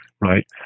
right